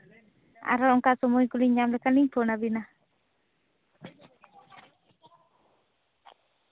ᱟᱨᱦᱚᱸ ᱚᱱᱠᱟ ᱥᱚᱢᱚᱭ ᱠᱚᱞᱤᱧ ᱧᱟᱢ ᱞᱮᱠᱷᱟᱱ ᱞᱤᱧ ᱯᱷᱳᱱ ᱟᱵᱤᱱᱟ